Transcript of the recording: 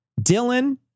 Dylan